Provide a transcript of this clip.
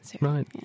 Right